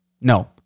No